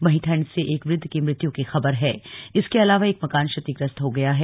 वहीं ठन्ड से एक वृद्ध की मृत्यू की खबर है इसके अलावा एक मकान क्षतिग्रस्त हो गया है